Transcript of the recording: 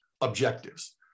objectives